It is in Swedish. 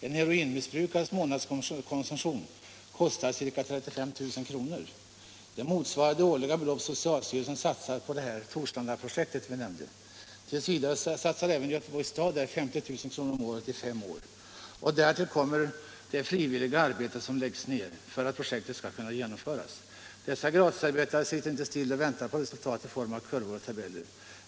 En heroinmissbrukares månadskonsumtion kostar ca 35 000 kr. Det motsvarar det årliga belopp socialstyrelsen satsar på Torslandaprojektet. T. v. satsar även Göteborgs stad 50 000 om året i fem år. Därtill kommer det frivilliga arbete som läggs ner för att projektet skall kunna genomföras. Dessa gratisarbetare sitter inte still och väntar på resultat i form av kurvor och tabeller.